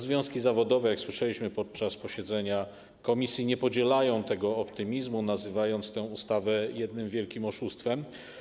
Związki zawodowe, jak słyszeliśmy podczas posiedzenia komisji, nie podzielają tego optymizmu, nazywając tę ustawę jednym wielkim oszustwem.